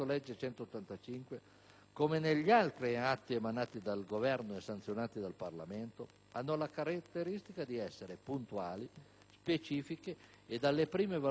come negli altri atti emanati dal Governo e sanzionati dal Parlamento, hanno la caratteristica di essere iniziative puntuali, specifiche e, dalle prime valutazioni, efficaci.